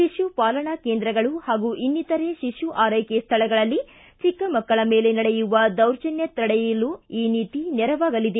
ಶಿಶುಪಾಲನಾ ಕೇಂದ್ರ ಗಳು ಹಾಗೂ ಇನ್ನಿತರೆ ಶಿಶುಆರೈಕೆ ಸ್ಥಳಗಳಲ್ಲಿ ಚಿಕ್ಕಮಕ್ಕಳ ಮೇಲೆ ನಡೆಯುವ ದೌರ್ಜನ್ಯ ತಡೆಯಲು ಈ ನೀತಿ ನೆರವಾಗಲಿದೆ